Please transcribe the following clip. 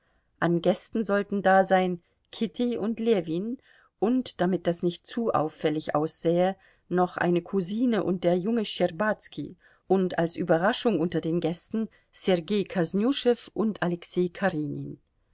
an gästen sollten da sein kitty und ljewin und damit das nicht zu auffällig aussähe noch eine cousine und der junge schtscherbazki und als überraschung unter den gästen sergei kosnüschew und alexei karenin